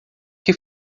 que